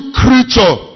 creature